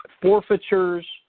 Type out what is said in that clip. forfeitures